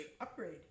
Upgrade